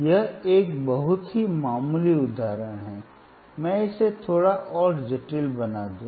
यह एक बहुत ही मामूली उदाहरण है मैं इसे थोड़ा और जटिल बना दूं